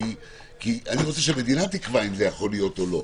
כי אני כן רוצה שהמדינה תקבע אם זה יכול להיות או לא,